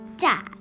Dad